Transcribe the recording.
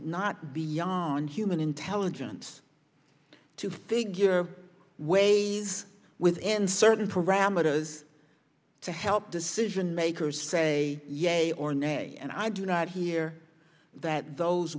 not beyond human intelligence to figure ways within certain parameters to help decision makers stray yes a or nay and i do not hear that those